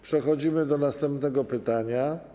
Przechodzimy do następnego pytania.